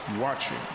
watching